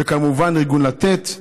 וכמובן ארגון לתת,